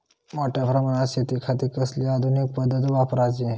मोठ्या प्रमानात शेतिखाती कसली आधूनिक पद्धत वापराची?